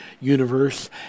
universe